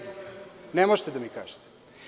Ne možete da mi kažete.